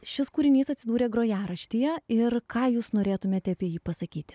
šis kūrinys atsidūrė grojaraštyje ir ką jūs norėtumėte apie jį pasakyti